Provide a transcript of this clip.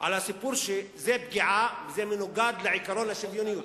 שזה פגיעה וזה מנוגד לעקרון השוויוניות.